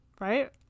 right